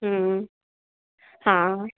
हा